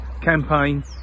campaign